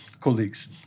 colleagues